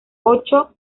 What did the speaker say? ocho